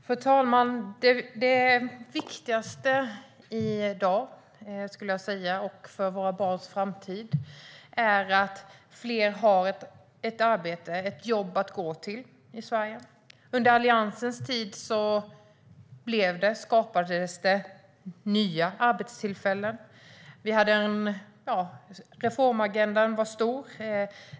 Fru talman! Det viktigaste i dag för våra barns framtid är att fler har ett arbete att gå till i Sverige. Under Alliansens tid skapades nya arbetstillfällen. Vi hade en stor reformagenda.